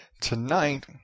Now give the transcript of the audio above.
Tonight